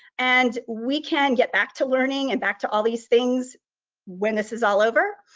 and we can get back to learning and back to all these things when this is all over.